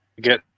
get